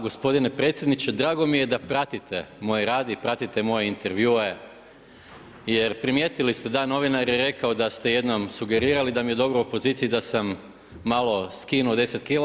Gospodine predsjedniče drago mi je da pratite moj rad i pratite moje intervjue, jer primijetili ste, da novinar je rekao da ste jednom sugerirali da mi je dobro u opoziciji, da sam malo skinuo deset kila.